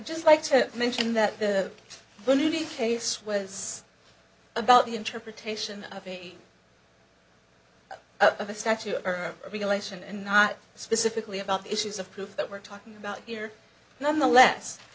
just like to mention that the only case was about the interpretation of a of a statute or a regulation and not specifically about the issues of proof that we're talking about here nonetheless